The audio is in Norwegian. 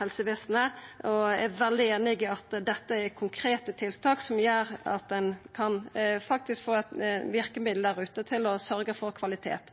helsevesenet og er veldig einig i at dette er konkrete tiltak som gjer at ein faktisk kan få verkemiddel der ute for å sørgja for kvalitet.